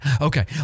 Okay